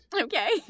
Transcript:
Okay